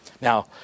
Now